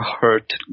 hurt